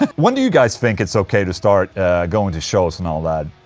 when do you guys think it's okay to start going to shows and all that?